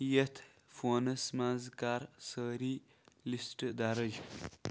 یتھ فونس منٛز کر سٲری لسٹ درج